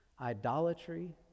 idolatry